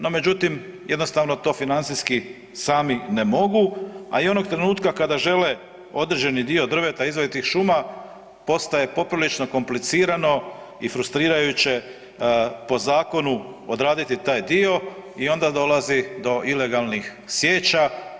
No međutim, jednostavno to financijski ne mogu, a i onog trenutka kada žele određeni dio drveta izvaditi iz šuma postaje poprilično komplicirano i frustrirajuće po zakonu odraditi taj dio i onda dolazi do ilegalnih sječa.